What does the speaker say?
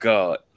God